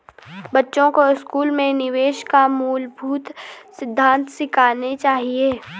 बच्चों को स्कूल में निवेश के मूलभूत सिद्धांत सिखाने चाहिए